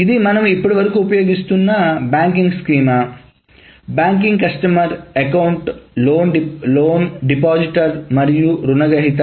ఇది మనము ఇప్పటివరకు ఉపయోగిస్తున్న banking schema branch customer account loan depositor మరియు రుణగ్రహీత